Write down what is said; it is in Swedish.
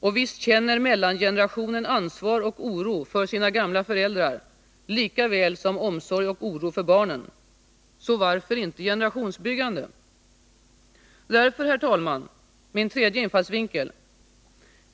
Och visst känner mellangenerationen ansvar och oro för sina gamla föräldrar likaväl som omsorg och oro för barnen. Så varför inte generationsbyggande? Därför, herr talman, min tredje infallsvinkel.